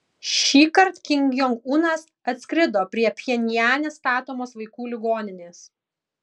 šįkart kim jong unas atskrido prie pchenjane statomos vaikų ligoninės